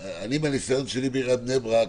מהניסיון שלי בעיריית בני ברק,